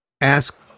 ask